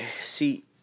see